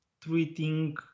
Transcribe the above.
treating